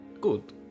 Good